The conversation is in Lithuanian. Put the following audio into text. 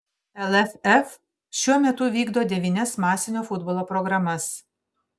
lff šiuo metu vykdo devynias masinio futbolo programas